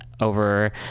over